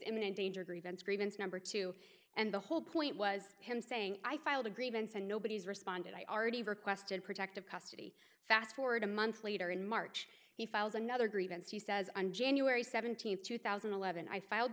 imminent danger grievance grievance number two and the whole point was him saying i filed a grievance and nobody's responded i already requested protective custody fast forward a month later in march he files another grievance he says on january seventeenth two thousand and eleven i filed